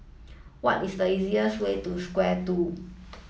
what is the easiest way to Square two